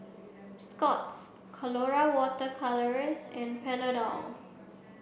Scott's Colora water colours and Panadol